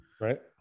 Right